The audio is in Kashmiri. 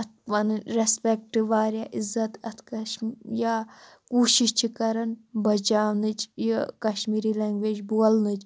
اَتھ وَنان رٮ۪سپٮ۪کٹ واریاہ عزت اَتھ کٔشی یا کوٗشِش چھِ کَران بچاونٕچ یہِ کَشمیٖری لنگویج بولنٕچ